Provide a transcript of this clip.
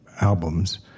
albums